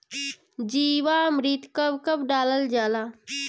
जीवामृत कब कब डालल जाला?